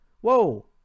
Whoa